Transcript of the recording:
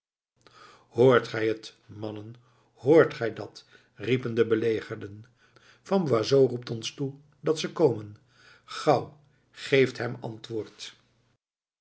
hoort gij het mannen hoort gij dat riepen de belegerden van boisot roept ons toe dat ze komen gauw geeft hem antwoord